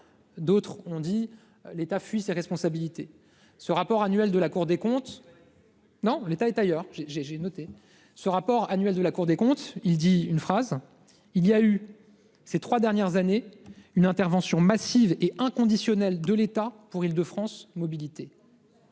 D'autres ont dit que l'État fuyait ses responsabilités. Pourtant, le rapport de la Cour des comptes dit qu'il y a eu, ces trois dernières années, « une intervention massive et inconditionnelle de l'État » pour Île-de-France Mobilités.